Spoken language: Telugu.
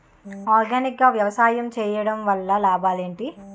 ఆర్గానిక్ గా వ్యవసాయం చేయడం వల్ల లాభాలు ఏంటి?